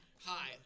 hi